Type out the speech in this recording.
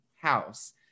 house